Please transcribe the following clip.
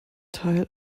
teil